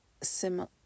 similar